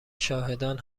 شاهدان